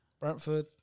Brentford